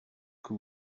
que